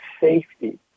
safety